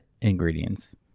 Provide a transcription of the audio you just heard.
ingredients